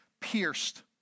pierced